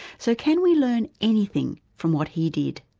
so can we learn anything from what he did?